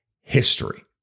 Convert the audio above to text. history